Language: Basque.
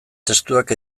testuak